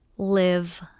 live